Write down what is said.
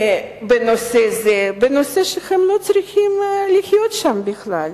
בנושא זה, בנושא שהם לא צריכים להיות שם בכלל.